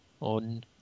on